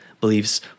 beliefs